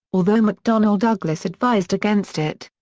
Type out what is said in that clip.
although mcdonnell douglas advised against it.